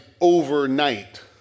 overnight